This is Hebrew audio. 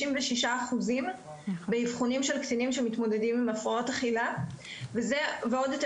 אחוזים באבחונים של קטינים שמתמודדים עם הפרעות אכילה ועוד יותר